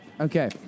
okay